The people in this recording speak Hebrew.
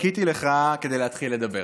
חיכיתי לך כדי להתחיל לדבר.